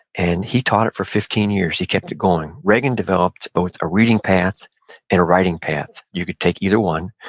and he taught it for fifteen years. he kept it going. regan developed both a reading path and a writing path. you could take either one.